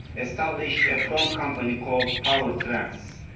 established a front company called power trans,